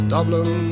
Dublin